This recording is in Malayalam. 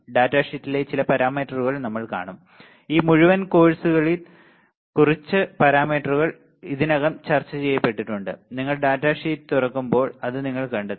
ഡാറ്റാ ഷീറ്റിലെ ചില പാരാമീറ്ററുകൾ നമ്മൾ കാണും ഈ മുഴുവൻ കോഴ്സിൽ കുറച്ച് പാരാമീറ്ററുകൾ ഇതിനകം ചർച്ചചെയ്യപ്പെട്ടിട്ടുണ്ട് നിങ്ങൾ ഡാറ്റാ ഷീറ്റിൽ തുറക്കുമ്പോൾ നിങ്ങൾ അത് കണ്ടെത്തും